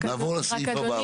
נעבור לסעיף הבא.